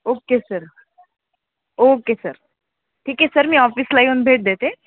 okay sir okay sir ठीक आहे sir मी ऑफिसला येऊन भेट देते